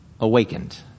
awakened